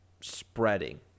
spreading